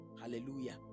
hallelujah